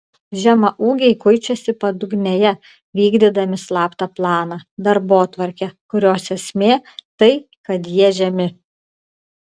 žemaūgiai kuičiasi padugnėje vykdydami slaptą planą darbotvarkę kurios esmė tai kad jie žemi